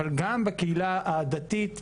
אבל גם בקהילה הדתית,